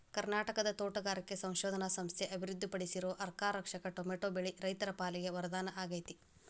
ಕರ್ನಾಟಕದ ತೋಟಗಾರಿಕಾ ಸಂಶೋಧನಾ ಸಂಸ್ಥೆ ಅಭಿವೃದ್ಧಿಪಡಿಸಿರೋ ಅರ್ಕಾರಕ್ಷಕ್ ಟೊಮೆಟೊ ಬೆಳೆ ರೈತರ ಪಾಲಿಗೆ ವರದಾನ ಆಗೇತಿ